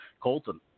Colton